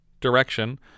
direction